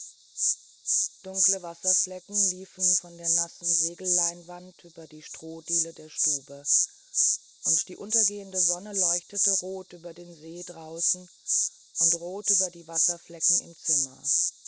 dunkle wasserflecken liefen von der nassen segelleinwand über die strohdiele der stube und die untergehende sonne leuchtete rot über den see draußen und rot über die wasserflecken im zimmer